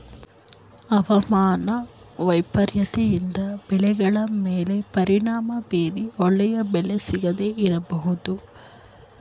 ಅವಮಾನ ವೈಪರೀತ್ಯದಿಂದ ಬೆಳೆಗಳ ಮೇಲೆ ಪರಿಣಾಮ ಬೀರಿ ಒಳ್ಳೆಯ ಬೆಲೆ ಸಿಗದೇ ಇರಬೋದು